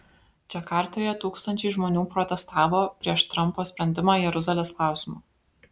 džakartoje tūkstančiai žmonių protestavo prieš trampo sprendimą jeruzalės klausimu